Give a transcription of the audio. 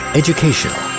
educational